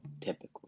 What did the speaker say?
typically